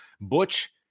Butch